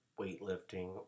weightlifting